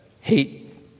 hate